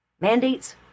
Mandates